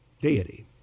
Deity